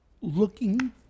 looking